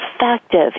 effective